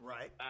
Right